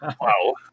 Wow